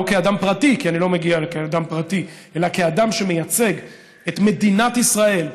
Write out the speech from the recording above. לא כאדם פרטי כי אני לא מגיע כאדם פרטי אלא כאדם שמייצג את מדינת ישראל,